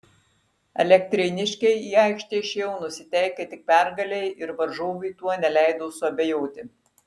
elektrėniškiai į aikštę išėjo nusiteikę tik pergalei ir varžovui tuo neleido suabejoti